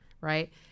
Right